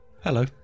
Hello